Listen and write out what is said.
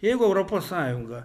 jeigu europos sąjunga